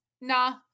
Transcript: nah